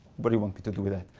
but do you want me to do with that?